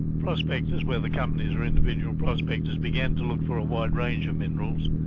prospectors, whether companies or individual prospectors, began to look for a wide range of minerals.